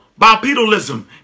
bipedalism